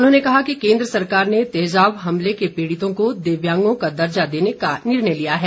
उन्होंने कहा कि केंद्र सरकार ने तेजाब हमले के पीड़ितों को दिव्यांगों का दर्जा देने का निर्णय लिया है